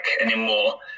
anymore